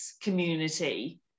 community